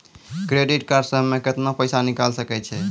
Credit card से हम्मे केतना पैसा निकाले सकै छौ?